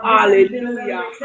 Hallelujah